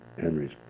Henry's